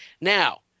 Now